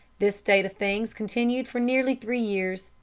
this state of things continued for nearly three years,